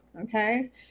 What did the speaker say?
Okay